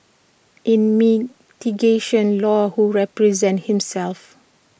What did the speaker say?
in mitigation law who represented himself